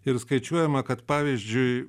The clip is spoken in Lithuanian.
ir skaičiuojama kad pavyzdžiui